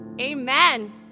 Amen